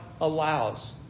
allows